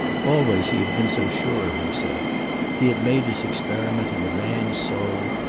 always he had been so sure of himself he had made his experiment in a man's soul,